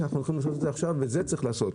שאנחנו יכולים לעשות את זה עכשיו ואת זה צריך לעשות.